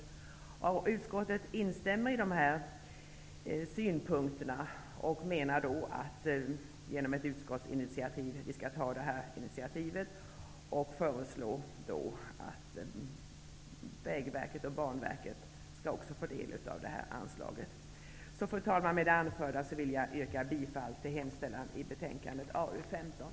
Arbetsmarknadsutskottet instämmer i de synpunkterna och föreslår därför i ett utskottsinitiativ att också Vägverket och Banverket skall få del av det här anslaget. Fru talman! Med det anförda vill jag yrka bifall till hemställan i betänkandet AU15.